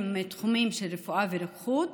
שבאים בעיקר מתחומים של רפואה ורוקחות,